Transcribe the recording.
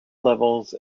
levels